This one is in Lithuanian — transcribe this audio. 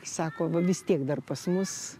sako va vis tiek dar pas mus